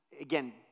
again